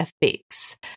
effects